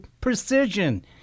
precision